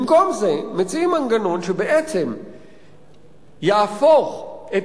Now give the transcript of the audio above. במקום זה מציעים מנגנון שבעצם יהפוך את